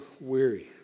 weary